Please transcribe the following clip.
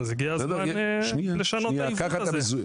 אז הגיע הזמן לשנות את העיוות הזה.